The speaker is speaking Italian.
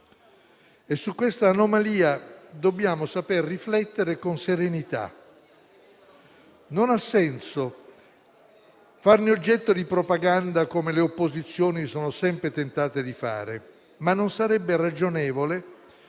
Su questa anomalia dobbiamo saper riflettere con serenità. Non ha senso farne oggetto di propaganda, come le opposizioni sono sempre tentate di fare, ma non sarebbe ragionevole